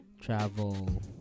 travel